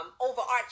overarching